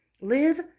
live